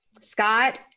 Scott